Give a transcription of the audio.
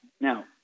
Now